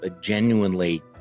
genuinely